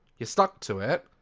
you stuck to it,